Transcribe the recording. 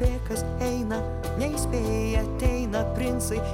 niekas neina neįspėjai ateina princai